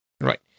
Right